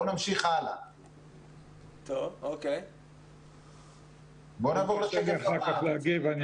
בואו נעבור לשקף הבא.